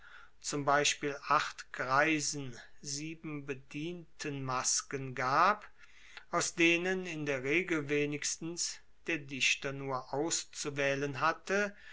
zum beispiel acht greisen sieben bedientenmasken gab aus denen in der regel wenigstens der dichter nur auszuwaehlen hatte